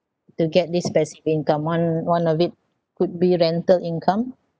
to get this passive income one one of it could be rental income